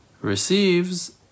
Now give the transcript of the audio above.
receives